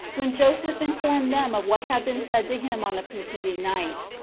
when joseph informed them of what had been said to him on the preceding night.